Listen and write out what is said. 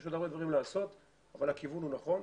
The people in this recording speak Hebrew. יש עוד הרבה דברים לעשות אבל הכיוון הוא נכון.